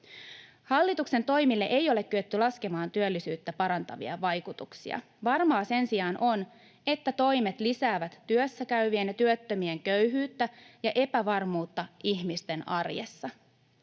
Hallituksen toimille ei ole kyetty laskemaan työllisyyttä parantavia vaikutuksia. Varmaa sen sijaan on, että toimet lisäävät työssäkäyvien ja työttömien köyhyyttä ja epävarmuutta ihmisten arjessa.